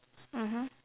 mmhmm